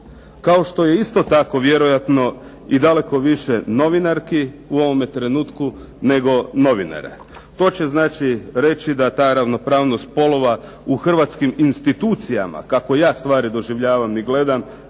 Kao što je isto tako vjerojatno i daleko više novinarki u ovome trenutku, nego novinara. To će znači reći da ta ravnopravnost spolova u hrvatskim institucijama, kako ja stvari doživljavam i gledam,